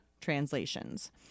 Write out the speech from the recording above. translations